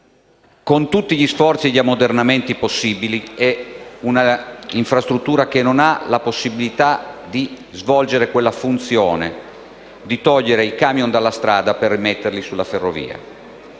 con tutti gli sforzi di ammodernamento possibili, è un'infrastruttura che non ha la possibilità di svolgere quella funzione di togliere i camion dalla strada per metterli sulla ferrovia.